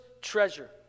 treasure